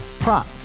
Prop